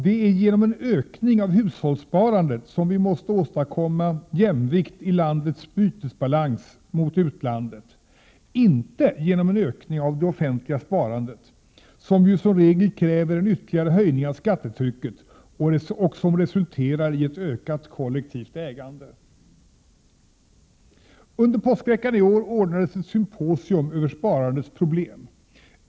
Det är genom en ökning av hushållssparandet som vi måste åstadkomma jämvikt i landets bytesbalans mot utlandet — inte genom en ökning av det offentliga sparandet, som ju som regel kräver en ytterligare höjning av skattetrycket och som resulterar i ett ökat kollektivt ägande. Under påskveckan i år ordnades ett symposium om sparandets problem.